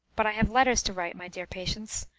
but i have letters to write, my dear patience.